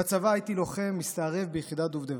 בצבא הייתי לוחם, מסתערב ביחידת דובדבן.